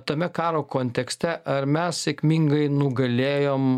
tame karo kontekste ar mes sėkmingai nugalėjom